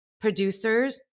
producers